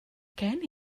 gen